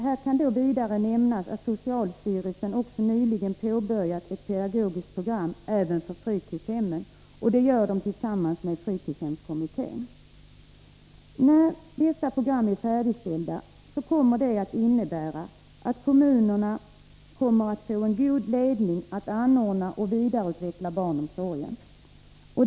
Här kan vidare nämnas att socialstyrelsen också nyligen påbörjat ett pedagogiskt program även för fritidshemmen, och det gör socialstyrelsen tillsammans med fritidshemskommittén. När dessa program är färdigställda kommer det att innebära att kommunerna kommer att få en god ledning när det gäller att anordna och vidareutveckla barnomsorgen.